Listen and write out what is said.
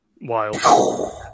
wild